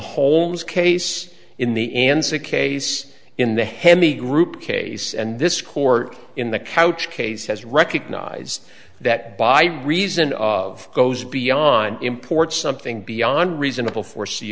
holmes case in the end sic ace in the heavy group case and this court in the couch case has recognized that by reason of goes beyond import something beyond reasonable